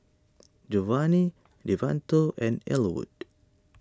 Jovani Devonta and Ellwood